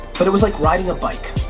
but it was like riding a bike.